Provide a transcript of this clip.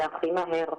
והכי מהר.